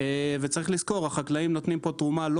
צריך לזכור שהחקלאים נותנים פה תרומה לא